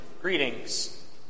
greetings